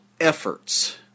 efforts